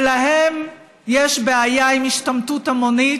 ולהם יש בעיה עם השתמטות המונית,